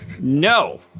No